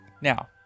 now